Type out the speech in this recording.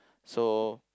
so